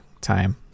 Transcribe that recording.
time